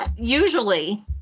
usually